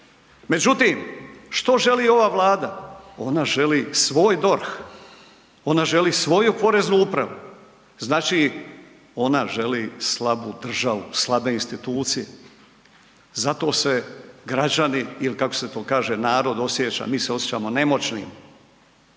Međutim, što želi ova Vlada? Ona želi svoj DORH, ona želi svoju Poreznu upravu, znači ona želi slabu državu, slabe institucije. Zato se građani ili kako se to kaže narod osjeća, mi se osjećamo nemoćni.